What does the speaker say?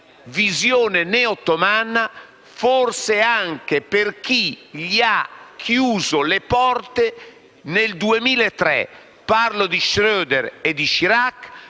visione neo-ottomana, forse è anche per chi gli ha chiuso le porte nel 2003 - parlo di Schröder e Chirac